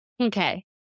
Okay